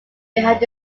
behind